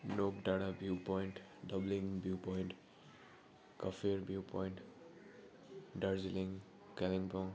नोक डाँडा view point Dabling view point Kafer view point Darjeeling Kalimpong